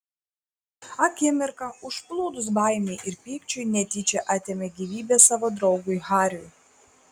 akimirką užplūdus baimei ir pykčiui netyčia atėmė gyvybę savo draugui hariui